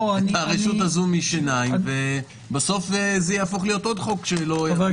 את הרשות הזו משיניים וזה יהפוך להיות עוד חוק שלא נאכף.